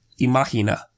Imagina